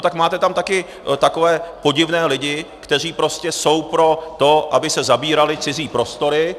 Tak máte tam také takové podivné lidi, kteří jsou pro to, aby se zabíraly cizí prostory.